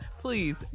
please